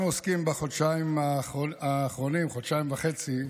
אנחנו עוסקים בחודשיים האחרונים, חודשיים וחצי,